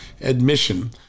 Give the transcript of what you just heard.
admission